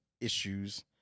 issues